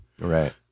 Right